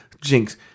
Jinx